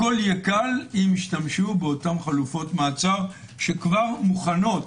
הכול יהיה קל אם ישתמשו באותן חלופות מעצר שכבר מוכנות.